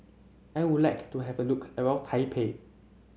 I would like to have a look around Taipei